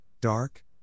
Dark